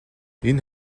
энэ